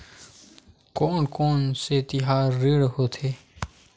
कोन कौन से तिहार ऋण होथे?